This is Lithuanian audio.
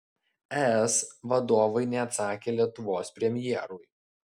es vadovai neatsakė lietuvos premjerui